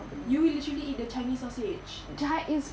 you usually eat the chinese sausage chi~ it's